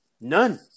none